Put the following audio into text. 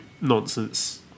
nonsense